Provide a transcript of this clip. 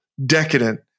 decadent